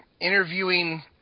interviewing